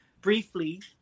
briefly